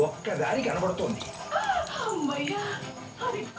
మీ personal లోన్ని check చేసుకోడం వల్ల రీపేమెంట్ పురోగతిని గురించి తెలుసుకోవచ్చు